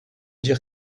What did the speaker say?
dire